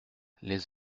les